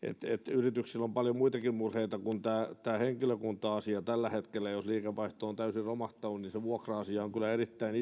yrityksillä on paljon muitakin murheita kuin tämä henkilökunta asia tällä hetkellä jos liikevaihto on täysin romahtanut niin se vuokra asia on kyllä erittäin